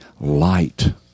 light